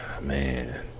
man